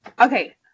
okay